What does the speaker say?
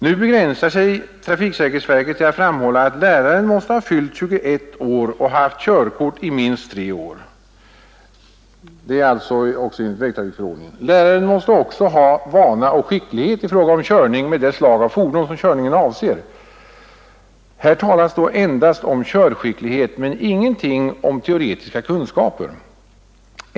Nu begränsar sig trafiksäkerhetsverket till att framhålla att läraren måste ha fyllt 21 år och ha haft svenskt körkort i minst tre år — detta är alltså enligt vägtrafikförordningen. Läraren måste också ha vana och skicklighet i fråga om körning med det slag av fordon, som körningen avser. Här talas endast om körskicklighet, men ingenting om teoretiska kunskaper.